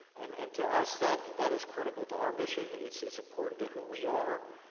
and and to us, that that is critical to our mission. it's it's important to who we are.